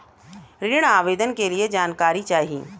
ऋण आवेदन के लिए जानकारी चाही?